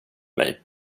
mig